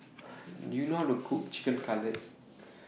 Do YOU know How to Cook Chicken Cutlet